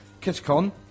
Kitcon